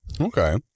Okay